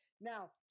Now